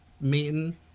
meeting